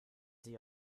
sie